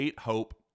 Hope